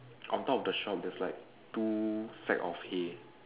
on top of the shop there's like two set of A